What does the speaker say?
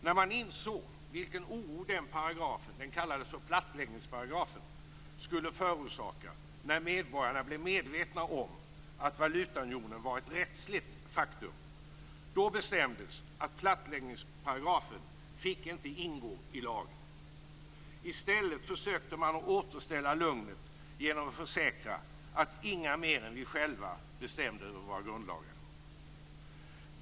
När man insåg vilken oro den paragrafen - den kallades plattläggningsparagrafen - skulle förorsaka när medborgarna blev medvetna om att valutaunionen var ett rättsligt faktum bestämdes att plattläggningsparagrafen inte fick ingå i lagen. I stället försökte man återställa lugnet genom att försäkra att inga mer än vi själva bestämde över våra grundlagar.